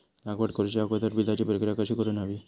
लागवड करूच्या अगोदर बिजाची प्रकिया कशी करून हवी?